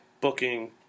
booking